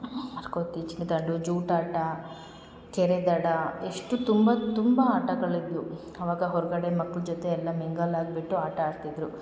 ಮರ್ಕೋತಿ ಚಿನ್ನಿದಾಂಡು ಜೂಟಾಟ ಕೆರೆ ದಡ ಎಷ್ಟು ತುಂಬ ತುಂಬಾ ಆಟಗಳಿದ್ವು ಅವಾಗ ಹೊರ್ಗಡೆ ಮಕ್ಳ ಜೊತೆ ಎಲ್ಲ ಮಿಂಗಲಾಗ್ಬಿಟ್ಟು ಆಟ ಆಡ್ತಿದ್ದರು